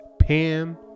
pam